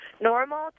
normal